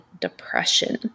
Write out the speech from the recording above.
depression